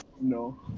No